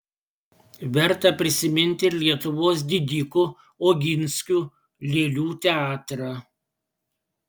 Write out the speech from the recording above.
verta prisiminti ir lietuvos didikų oginskių lėlių teatrą